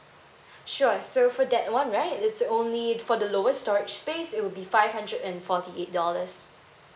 sure so for that one right it's only for the lowest storage space it will be five hundred and forty eight dollars